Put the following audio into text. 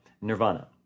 nirvana